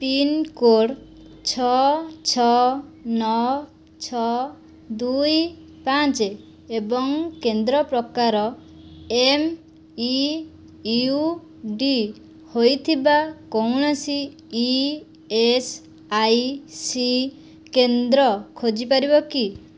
pincode ଛଅ ଛଅ ନଅ ଛଅ ଦୁଇ ପାଞ୍ଚ ଏବଂ କେନ୍ଦ୍ର ପ୍ରକାର ଏମ୍ ଇ ୟୁ ଡି ହୋଇଥିବା କୌଣସି ଇ ଏସ୍ ଆଇ ସି କେନ୍ଦ୍ର ଖୋଜିପାରିବ କି